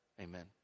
Amen